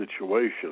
situation